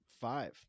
five